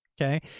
okay.